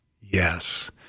Yes